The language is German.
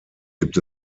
gibt